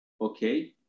Okay